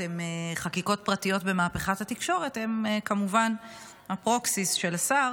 פרטיות במהפכת התקשורת הם כמובן הפרוקסיס של השר